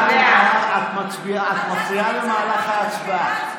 לוי אבקסיס, אני קורא אותך לסדר פעם ראשונה.